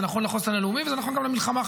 זה נכון לחוסן הלאומי וזה נכון גם למלחמה,